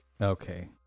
Okay